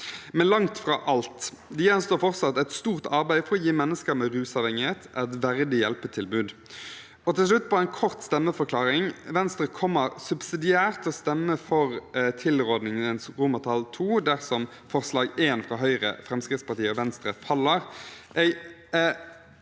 Men langt fra alt. Det gjenstår fortsatt et stort arbeid for å gi mennesker med rusavhengighet et verdig hjelpetilbud. Til slutt en kort stemmeforklaring: Venstre kommer subsidiært til å stemme for tilrådingens II dersom forslag nr. 1, fra Høyre, Fremskrittspartiet og Venstre, faller.